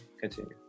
Continue